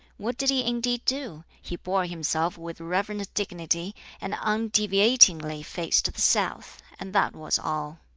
what did he indeed do? he bore himself with reverent dignity and undeviatingly faced the south and that was all.